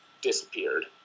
disappeared